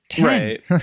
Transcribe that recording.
right